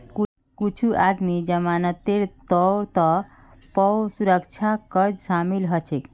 कुछू आदमी जमानतेर तौरत पौ सुरक्षा कर्जत शामिल हछेक